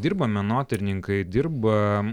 dirba menotyrininkai dirba